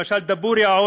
למשל, דבורייה,